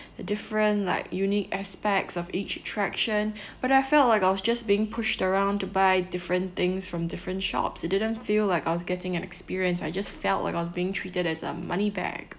the different like unique aspects of each attraction but I felt like I was just being pushed around to buy different things from different shops it didn't feel like I was getting an experience I just felt like I was being treated as a money bag